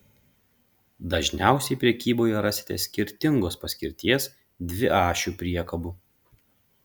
dažniausiai prekyboje rasite skirtingos paskirties dviašių priekabų